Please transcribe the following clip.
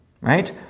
right